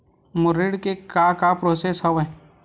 मोर ऋण के का का प्रोसेस हवय?